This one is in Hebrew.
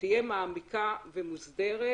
תהיה מעמיקה ומוסדרת,